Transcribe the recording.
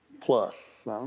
plus